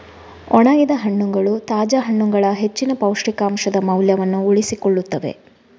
ಒಣಗಿದ ಹಣ್ಣುಗಳು ತಾಜಾ ಹಣ್ಣುಗಳ ಹೆಚ್ಚಿನ ಪೌಷ್ಟಿಕಾಂಶದ ಮೌಲ್ಯವನ್ನು ಉಳಿಸಿಕೊಳ್ಳುತ್ತವೆ